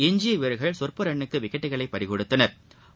எஞ்சிய வீரா்கள் சொற்ப ரன்னுக்கு விக்கெட்டுகளை பறிக் னெடுத்தனர்